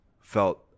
felt